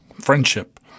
friendship